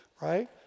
right